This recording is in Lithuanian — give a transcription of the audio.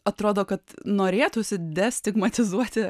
atrodo kad norėtųsi destigmatizuoti